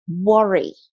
worry